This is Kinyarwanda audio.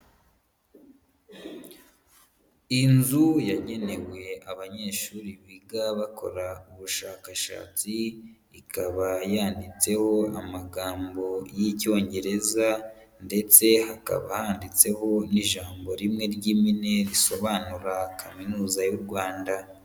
Inzu yagenewe abanyeshuri biga bakora ubushakashatsi, ikaba yanditseho amagambo y'Icyongereza ndetse hakaba handitseho n'ijambo rimwe ry'impine risobanura Kaminuza y'u Rwanda.